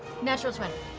natural twenty.